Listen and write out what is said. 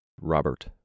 Robert